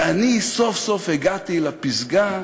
ואני סוף-סוף הגעתי לפסגה,